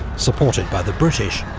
supported by the british